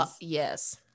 yes